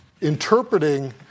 interpreting